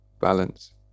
balance